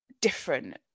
different